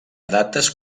dates